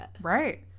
Right